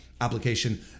application